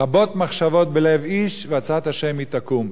רבות מחשבות בלב איש ועצת השם היא תקום.